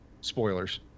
Spoilers